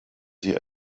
sie